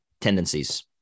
tendencies